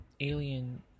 alien